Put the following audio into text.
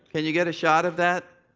can you get a shot of that?